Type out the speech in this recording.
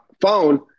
phone